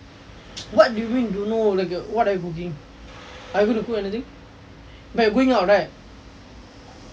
what do you mean don't know like what are you cooking are you cooking anything wait you going out right